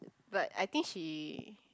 but I think she